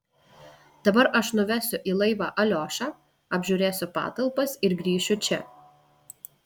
dabar aš nuvesiu į laivą aliošą apžiūrėsiu patalpas ir grįšiu čia